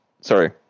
sorry